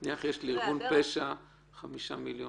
לרגולטור יש כבר את המיילים